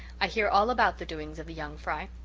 i hear all about the doings of the young fry.